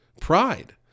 Pride